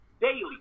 daily